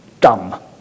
dumb